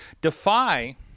Defy